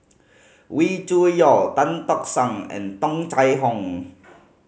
Wee Cho Yaw Tan Tock San and Tung Chye Hong